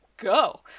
go